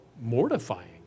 mortifying